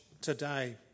today